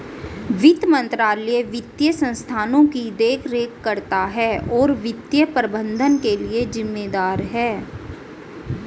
वित्त मंत्रालय वित्तीय संस्थानों की देखरेख करता है और वित्तीय प्रबंधन के लिए जिम्मेदार है